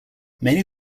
many